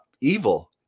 evil